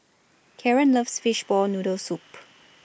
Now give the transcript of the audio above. Karen loves Fishball Noodle Soup